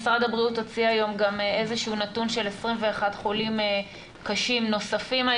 משרד הבריאות הוציא היום גם איזשהו נתון של 21 חולים קשים נוספים.